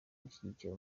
gushyigikira